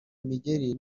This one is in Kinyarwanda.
imigeri